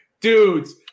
Dudes